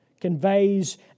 conveys